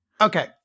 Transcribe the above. Okay